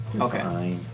Okay